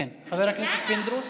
כן, חבר הכנסת פינדרוס,